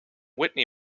whitney